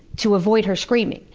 to avoid her screaming.